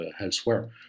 elsewhere